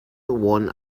won